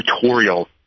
tutorial